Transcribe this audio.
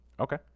Okay